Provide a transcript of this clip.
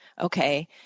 Okay